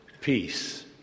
Peace